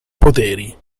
poteri